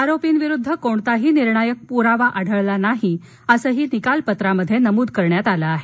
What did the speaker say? आरोपींविरुद्ध कोणताही निर्णायक पुरावा आढळला नाही असंही निकालात नमूद केलं आहे